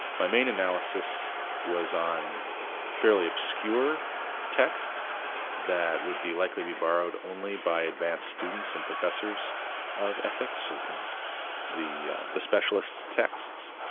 my main analysis was on fairly obscure texts that would be likely to be borrowed only by advanced students and professors of ethics, so kind of the the specialist texts,